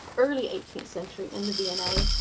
early eighteenth century in the v and a.